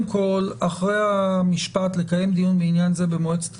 אחרי המשפט "לקיים דיון בעניין זה במועצת התאגיד"